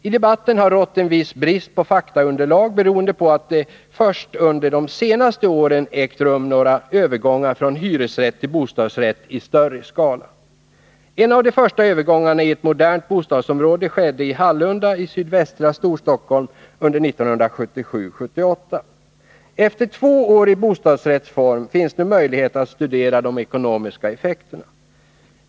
I debatten har rått en viss brist på faktaunderlag, beroende på att det först under de senaste åren ägt rum några övergångar från hyresrätt till bostadsrätt i större skala. En av de första övergångarna i ett modernt bostadsområde skedde i Hallunda i sydvästra Storstockholm under 1977-78. Efter två år i bostadsrättsform finns nu möjligheten att studera de ekonomiska effekterna.